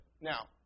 Now